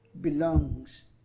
belongs